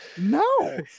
No